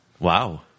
wow